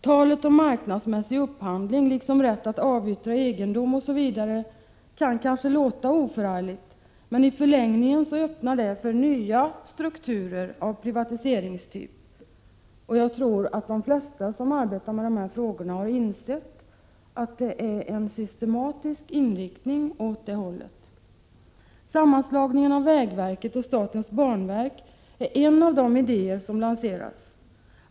Talet om marknadsmässig upphandling liksom rätt att avyttra egendom osv. kan låta oförargligt, men i förlängningen öppnar det för nya strukturer av privatiseringstyp. Jag tror att de flesta som arbetar med dessa frågor har insett att det finns en systematisk inriktning åt det hållet. Sammanslagningen av vägverket och statens banverk är en av de idéer som lanseras.